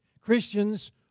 Christians